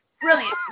Brilliant